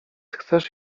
chcesz